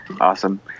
Awesome